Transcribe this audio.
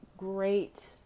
great